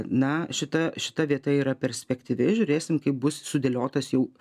na šita šita vieta yra perspektyvi žiūrėsim kaip bus sudėliotas jau